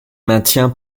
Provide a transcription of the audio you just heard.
maintient